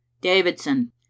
Davidson